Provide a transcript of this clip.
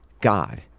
God